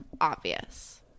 obvious